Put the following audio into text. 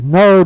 no